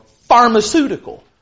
pharmaceutical